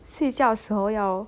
睡觉时候要